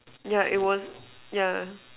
yeah it was yeah